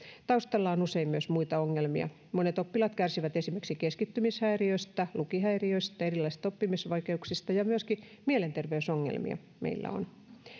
taustalla on usein myös muita ongelmia monet oppilaat kärsivät esimerkiksi keskittymishäiriöistä lukihäiriöistä erilaisista oppimisvaikeuksista ja myöskin mielenterveysongelmia meillä on